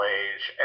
age